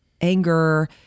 anger